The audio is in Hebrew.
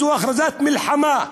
זו הכרזת מלחמה,